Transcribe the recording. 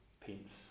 paints